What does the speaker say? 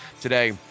today